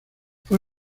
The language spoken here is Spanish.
fue